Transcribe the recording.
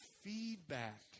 feedback